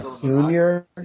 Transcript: Junior